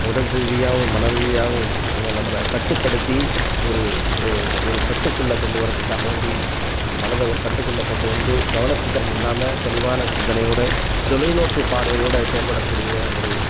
உடல் ரீதியாகவும் மன ரீதியாகவும் நம்மளை கட்டுப்படுத்தி ஒரு ஒரு கட்டுக்குள்ளே கொண்டுவர்றத்துக்காக வேண்டி மனதை ஒரு கட்டுக்குள்ளே கொண்டு வந்து கவனச்சிதறல் இல்லாம தெளிவான சிந்தனையோட தொலைநோக்கு பார்வையோட செயல்படக்கூடிய ஒரு